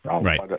Right